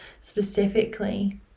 Specifically